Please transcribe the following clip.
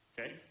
Okay